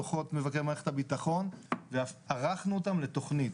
דוחות מבקר מערכת הביטחון וערכנו אותם לתוכנית.